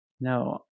No